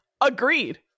agreed